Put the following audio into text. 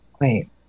Wait